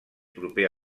proper